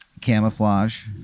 camouflage